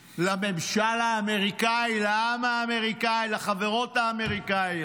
לממשל האמריקאי, לעם האמריקאי, לחברות האמריקאיות.